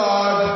God